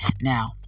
Now